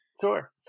Sure